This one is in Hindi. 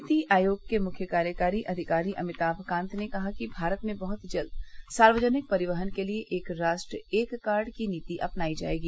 नीति आयोग के मुख्य कार्यकारी अधिकारी अमिताम कांत ने कहा है कि भारत में बहुत जल्द सार्वजनिक परिवहन के लिए एक राष्ट्र एक कार्ड की नीति अपनाई जाएगी